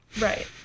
Right